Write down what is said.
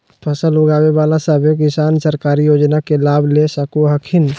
फसल उगाबे बला सभै किसान सरकारी योजना के लाभ ले सको हखिन